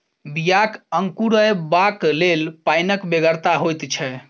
बियाक अंकुरयबाक लेल पाइनक बेगरता होइत छै